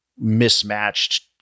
mismatched